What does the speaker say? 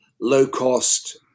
low-cost